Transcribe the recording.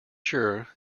sure